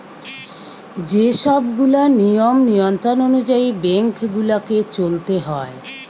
যে সব গুলা নিয়ম নিয়ন্ত্রণ অনুযায়ী বেঙ্ক গুলাকে চলতে হয়